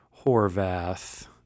Horvath